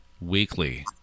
Weekly